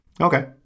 Okay